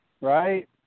right